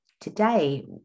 Today